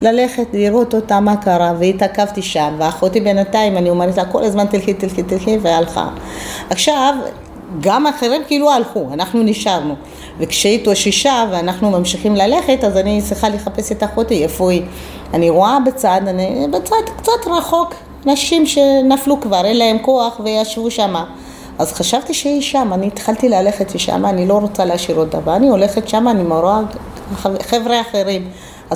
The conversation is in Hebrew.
ללכת לראות אותה מה קרה, והתעכבתי שם, ואחותי בינתיים אני אומרת לה כל הזמן תלכי תלכי תלכי והלכה. עכשיו גם אחרים כאילו הלכו אנחנו נשארנו, וכשהיא התאוששה ואנחנו ממשיכים ללכת אז אני צריכה לחפש את אחותי, איפה היא, אני רואה בצד, בצד קצת רחוק נשים שנפלו כבר אין להן כוח וישבו שמה. אז חשבתי שהיא שם, אני התחלתי ללכת לשמה, אני לא רוצה להשאיר אותה, ואני הולכת שמה אני רואה חבר'ה אחרים